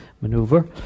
maneuver